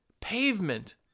Pavement